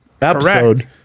episode